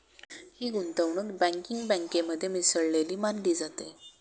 ही गुंतवणूक बँकिंग बँकेमध्ये मिसळलेली मानली जाते